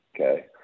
Okay